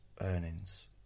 earnings